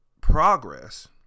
progress